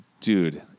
dude